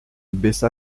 baissa